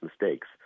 mistakes